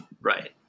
Right